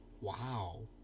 Wow